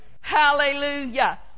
hallelujah